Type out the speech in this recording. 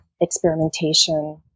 experimentation